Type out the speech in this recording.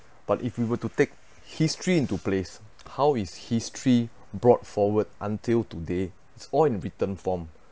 but if we were to take history into place how is history brought forward until today it's all in written form